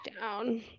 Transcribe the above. down